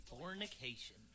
fornication